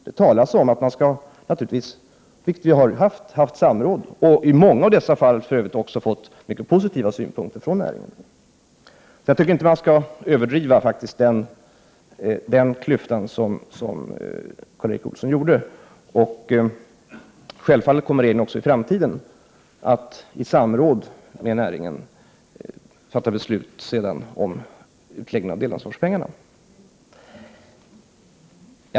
Det talas om att man naturligtvis skall ha samråd, vilket vi har haft och i många fall fått mycket positiva synpunkter från näringen. Jag tycker inte att man skall överdriva klyftan så som Karl Erik Olsson gjorde. Självfallet kommer vi också i framtiden att i samråd med näringen fatta beslut om utläggningen av delansvarspengarna.